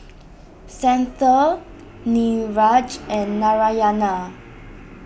Santha Niraj and Narayana